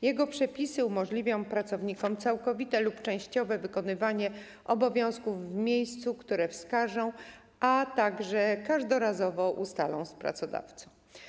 Jego przepisy umożliwią pracownikom całkowite lub częściowe wykonywanie obowiązków w miejscu, które wskażą, a także każdorazowo ustalą z pracodawcą.